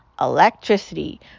electricity